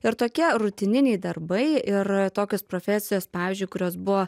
ir tokie rutininiai darbai ir tokios profesijos pavyzdžiui kurios buvo